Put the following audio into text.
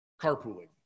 carpooling